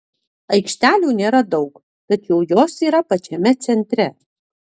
aikštelių nėra daug tačiau jos yra pačiame centre